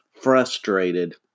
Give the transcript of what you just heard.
frustrated